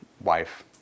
wife